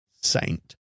Saint